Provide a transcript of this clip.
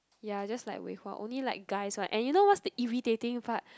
ya just like with her only like guys right and you know what's the irritating part